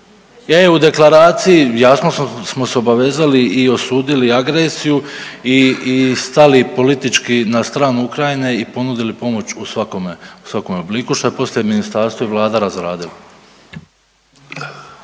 u deklaraciji jasno smo se obavezali i osudili agresiju i, i stali politički na stranu Ukrajine i ponudili pomoć u svakome, u svakome obliku, što je poslije ministarstvo i Vlada razradilo.